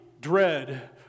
dread